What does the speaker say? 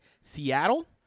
Seattle